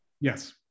yes